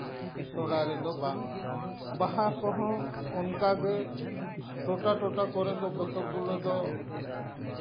ᱥᱚᱨᱦᱟᱭ ᱨᱮᱫᱚ ᱵᱟᱝᱟ ᱵᱟᱦᱟ ᱠᱚᱦᱚᱸ ᱚᱱᱠᱟᱜᱮ ᱴᱚᱴᱷᱟ ᱴᱚᱴᱷᱟ ᱠᱚᱨᱮ ᱫᱚ ᱠᱚᱛᱚᱠ ᱜᱩᱞᱳ ᱫᱚ